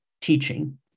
teaching